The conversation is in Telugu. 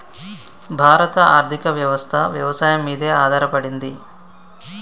భారత ఆర్థికవ్యవస్ఠ వ్యవసాయం మీదే ఆధారపడింది